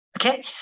Okay